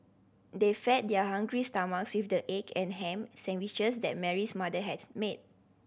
they fed their hungry stomachs with the egg and ham sandwiches that Mary's mother had made